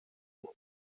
und